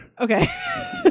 Okay